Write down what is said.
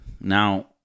Now